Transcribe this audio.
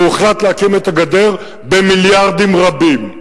והוחלט להקים את הגדר במיליארדים רבים.